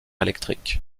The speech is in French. électrique